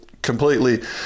completely